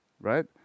Right